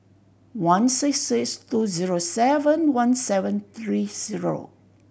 one six six two zero seven one seven three zero